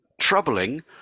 troubling